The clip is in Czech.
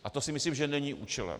A to si myslím, že není účelem.